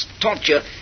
Torture